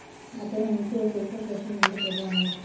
అతనంటే ఎక్కువ social media ప్రభావం